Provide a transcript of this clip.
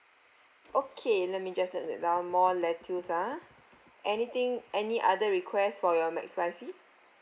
okay let me just note that down more lettuce ah anything any other request for your mac spicy